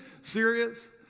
serious